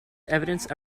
evidence